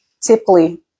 typically